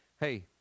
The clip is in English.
hey